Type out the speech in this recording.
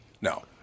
No